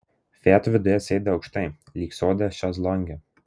fiat viduje sėdi aukštai lyg sode šezlonge